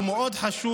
הוא מאוד חשוב,